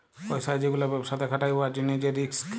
পইসা যে গুলা ব্যবসাতে খাটায় উয়ার জ্যনহে যে রিস্ক